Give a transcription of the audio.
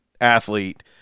athlete